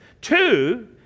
Two